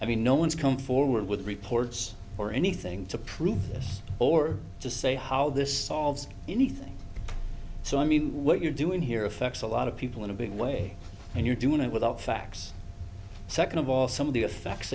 i mean no one's come forward with reports or anything to prove this or to say how this solves anything so i mean what you're doing here affects a lot of people in a big way and you're doing it without facts second of all some of the effects